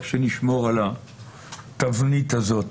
רק שנשמור על התבנית הזאת.